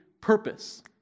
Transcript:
purpose